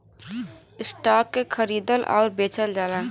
stock के खरीदल आउर बेचल जाला